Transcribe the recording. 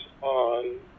on